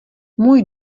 můj